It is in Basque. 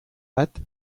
bat